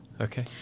Okay